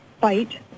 fight